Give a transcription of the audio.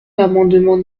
l’amendement